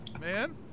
man